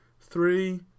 Three